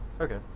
okay